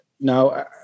Now